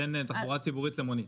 בין תחבורה ציבורית למונית.